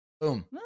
boom